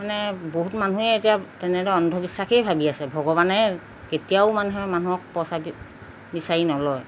মানে বহুত মানুহেই এতিয়া তেনেদৰে অন্ধবিশ্বাসেই ভাবি আছে ভগৱানে কেতিয়াও মানুহে মানুহক পইচা বিচাৰি নলয়